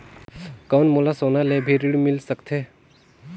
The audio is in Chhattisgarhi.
कौन मोला सोना ले भी ऋण मिल सकथे?